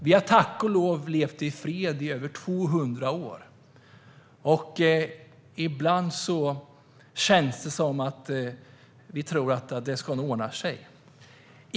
Vi har tack och lov levt i fred i över 200 år. Ibland känns det som att vi tror att det nog ska ordna sig.